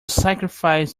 sacrifice